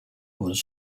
was